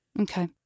Okay